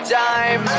time